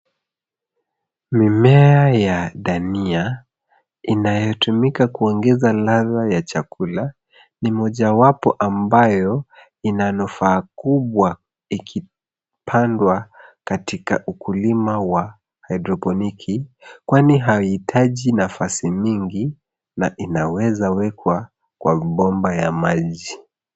Mimea ya dania inayotumika kuongeza ladha ya chakula ni mojawapo ambayo ina nufaa kubwa ikipandwa katika ukulima wa haidroponiki. Kwani hauitaji nafasi mingi na inaweza wekwa kwa bomba ya maji.